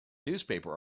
newspaper